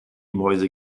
mäuse